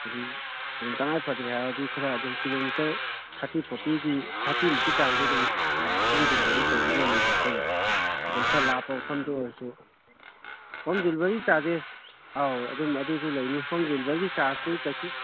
ꯑꯗꯩ ꯇꯉꯥꯏ ꯐꯗ꯭ꯔꯦ ꯍꯥꯏꯔꯗꯤ ꯈꯔ ꯑꯗꯨꯝ ꯀꯤꯂꯣꯃꯤꯇꯔ ꯊꯥꯔꯇꯤ ꯐꯣꯔꯇꯤꯗꯤ ꯊꯥꯔꯇꯤ ꯃꯨꯛꯀꯤ ꯆꯥꯡꯗꯤ ꯑꯗꯨꯝ ꯍꯣꯝ ꯗꯦꯂꯤꯕꯔꯤ ꯇꯧꯕ ꯉꯝꯃꯤꯀꯣ ꯑꯩꯈꯣꯏꯅ ꯑꯗꯨꯝ ꯈꯔ ꯂꯥꯞꯄ ꯃꯐꯝꯗ ꯑꯣꯏꯔꯁꯨ ꯍꯣꯝ ꯗꯦꯂꯤꯕꯔꯤ ꯆꯥꯔꯖꯦꯁ ꯑꯧ ꯑꯗꯨꯝ ꯑꯗꯨꯁꯨ ꯂꯩꯅꯤ ꯍꯣꯝ ꯗꯦꯂꯤꯕꯔꯤꯒꯤ ꯆꯥꯔꯖꯁꯨ ꯀꯩꯁꯨ